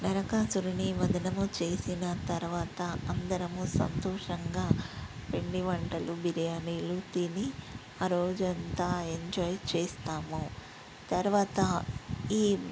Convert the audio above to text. నరకాసురుడిని వధనము చేసిన తర్వాత అందరమూ సంతోషంగా పిండి వంటలు బిర్యానీలు తిని ఆ రోజంతా ఎంజాయ్ చేస్తాము తర్వాత ఈ